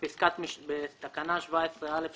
התשע"ט- 2018 1. בתקנה 17(א)(3)